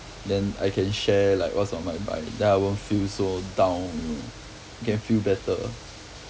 then I can share like what's on my mind then I won't feel so down can feel better